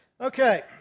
Okay